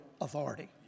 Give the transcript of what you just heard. authority